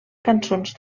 cançons